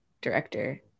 director